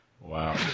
Wow